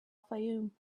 fayoum